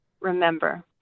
remember